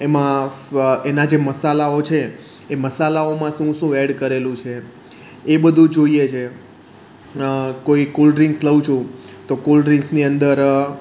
એમાં એના જે મસાલાઓ છે એ મસાલાઓમાં શું શું એડ કરેલું છે એ બધું જોઈએ છીએ કોઇ કોલ્ડ્રીંક્સ લઉં છું તો કોલ્ડ્રિંક્સની અંદર